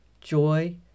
Joy